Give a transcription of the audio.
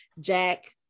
Jack